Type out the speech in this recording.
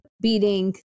beating